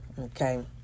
Okay